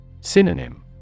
Synonym